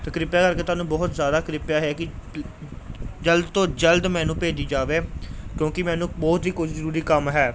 ਅਤੇ ਕ੍ਰਿਪਾ ਕਰਕੇ ਤੁਹਾਨੂੰ ਬਹੁਤ ਸਾਰਾ ਕ੍ਰਿਪਾ ਹੈ ਕਿ ਜਲਦ ਤੋਂ ਜਲਦ ਮੈਨੂੰ ਭੇਜੀ ਜਾਵੇ ਕਿਉਂਕਿ ਮੈਨੂੰ ਬਹੁਤ ਹੀ ਕੁਝ ਜ਼ਰੂਰੀ ਕੰਮ ਹੈ